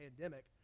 pandemic